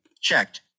Checked